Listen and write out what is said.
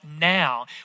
now